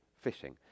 fishing